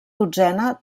dotzena